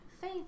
faith